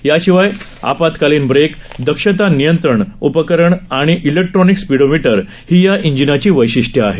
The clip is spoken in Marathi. याशिवाय आपातकालीन ब्रेक दक्षता नियंत्रण उपकरण आणि इलेक्ट्रॉनिक स्पीडोमीटर ही या इंजिनाची वैशिष्टयं आहेत